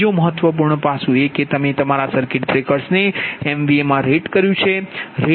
બીજો મહત્વપૂર્ણ પાસું એ છે કે તમે તમારા સર્કિટ બ્રેકર્સને એમવીએ મા રેટ કર્યું છે